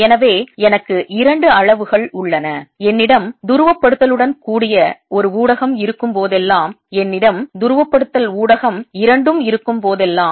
எனவே எனக்கு இரண்டு அளவுகள் உள்ளன என்னிடம் துருவப்படுத்தலுடன் கூடிய ஒரு ஊடகம் இருக்கும் போதெல்லாம் என்னிடம் துருவப்படுத்தல் ஊடகம் இரண்டும் இருக்கும் போதெல்லாம்